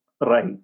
right